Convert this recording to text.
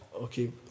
Okay